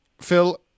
Phil